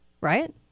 right